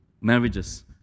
marriages